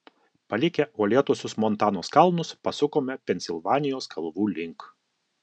palikę uolėtuosius montanos kalnus pasukome pensilvanijos kalvų link